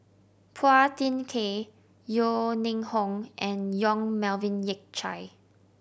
Phua Thin Kiay Yeo Ning Hong and Yong Melvin Yik Chye